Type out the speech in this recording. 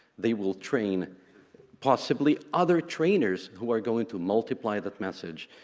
they will train possibly other trainers who are going to multiply that message.